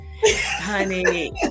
honey